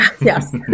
Yes